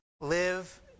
Live